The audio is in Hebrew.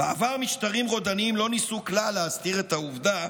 "בעבר משטרים רודניים לא ניסו כלל להסתיר את העובדה